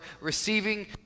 receiving